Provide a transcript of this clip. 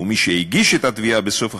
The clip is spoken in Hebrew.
ומי שהגיש את התביעה בסוף החודש,